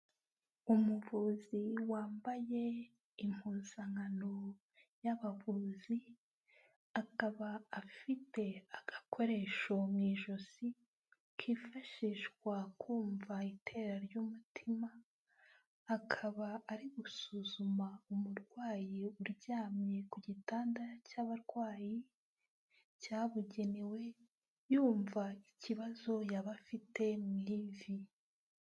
Umuvuzi wambaye impuzankano y'abavuzi, akaba afite agakoresho mu ijosi kifashishwa kumva itera ry'umutima, akaba ari gusuzuma umurwayi uryamye ku gitanda cy'abarwayi, cyabugenewe yumva ikibazo yaba afite mu ivi.